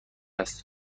است